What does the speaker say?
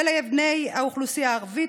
ולבני האוכלוסיות הערבית,